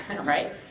right